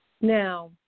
Now